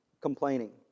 complaining